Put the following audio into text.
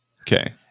Okay